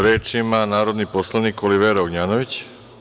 Reč ima narodni poslanik Olivera Ognjanović.